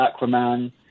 Aquaman –